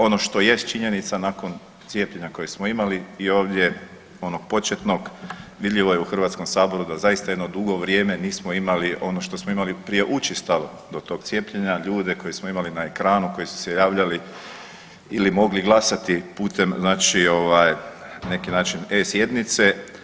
Ono što jest činjenica nakon cijepljenja koje smo imali i ovdje onog početnog vidljivo je u Hrvatskom saboru da zaista jedno dugo vrijeme nismo imali ono što smo imali prije učestalo do tog cijepljenja ljude koje smo imali na ekranu koji su se javljali ili mogli glasati putem, znači neki način e-sjednice.